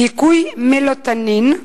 דיכוי מלטונין,